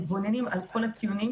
מתבוננים על כל הציונים,